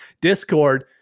Discord